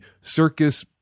circus